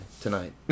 tonight